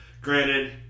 Granted